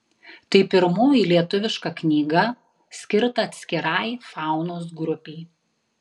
tai pirmoji lietuviška knyga skirta atskirai faunos grupei